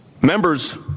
Members